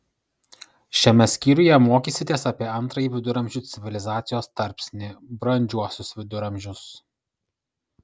šiame skyriuje mokysitės apie antrąjį viduramžių civilizacijos tarpsnį brandžiuosius viduramžius